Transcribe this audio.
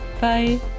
Bye